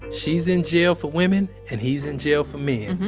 she's in jail for women and he's in jail for men.